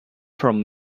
from